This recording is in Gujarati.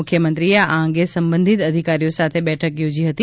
મુખ્યમંત્રીએ આ અંગે સંબંધિત અધિકારીઓ સાથે બેઠક યોજી હતી